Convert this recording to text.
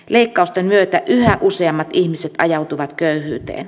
leikkausten myötä yhä useammat ihmiset ajautuvat köyhyyteen